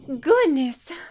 Goodness